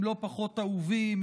הם לא פחות אהובים,